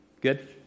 Good